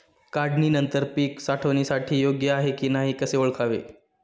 काढणी नंतर पीक साठवणीसाठी योग्य आहे की नाही कसे ओळखावे?